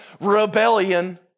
rebellion